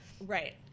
Right